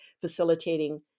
facilitating